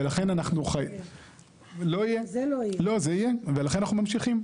ולכן, אנחנו ממשיכים.